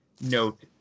note